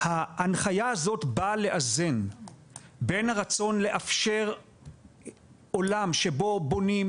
ההנחיה הזאת באה לאזן בין הרצון לאפשר עולם שבו בונים,